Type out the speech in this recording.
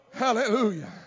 Hallelujah